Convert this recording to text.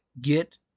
get